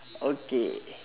okay